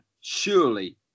surely